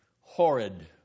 horrid